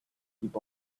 keep